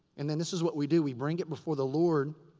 and then this is what we do. we bring it before the lord.